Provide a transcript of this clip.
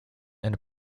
and